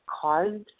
caused